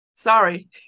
Sorry